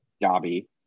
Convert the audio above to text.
Dobby